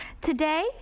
Today